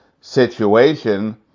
situation